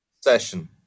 session